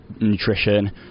nutrition